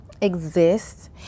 exist